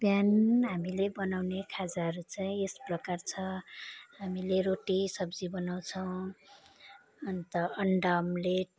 बिहान हामीले बनाउने खाजाहरू चाहिँ यस प्रकार छ हामीले रोटी सब्जी बनाउँछौँ अन्त अन्डा अम्लेट